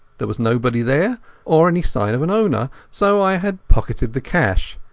there was nobody there or any sign of an owner, so i had pocketed the cash.